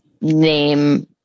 name